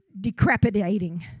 decrepitating